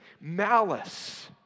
malice